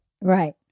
Right